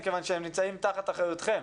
כי הם נמצאים תחת אחריותכם?